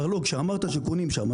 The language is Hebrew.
זה מרלו"ג שקונים שם.